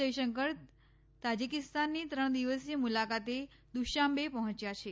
જયશંકર તાજિકિસ્તાનની ત્રણ દિવસીય મુલાકાતે દુશાંબે પર્હોચ્યા છે